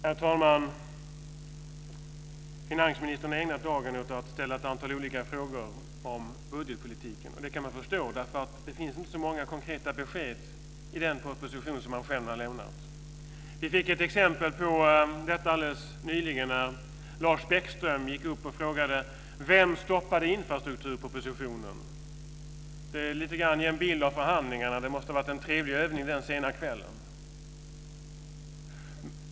Herr talman! Finansministern har ägnat dagen åt att ställa ett antal olika frågor om budgetpolitiken, och det kan man förstå. Det finns nämligen inte så många konkreta besked i den proposition som han själv har lämnat. Vi fick ett exempel på detta alldeles nyligen när Lars Bäckström gick upp och frågade: Vem stoppade infrastrukturpropositionen? Det ger lite grann en bild av förhandlingarna. Det måste ha varit en trevlig övning den sena kvällen.